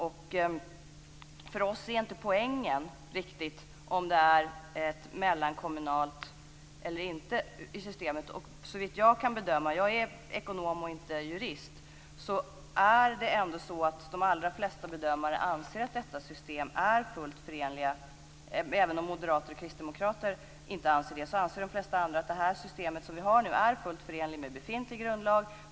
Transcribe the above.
För oss är inte poängen riktigt om det är ett mellankommunalt system eller inte. Såvitt jag kan bedöma - jag är ekonom och inte jurist - anser de allra flesta bedömare, även om moderater och kristdemokrater inte gör det, att det system som vi har nu är fullt förenligt med befintlig grundlag.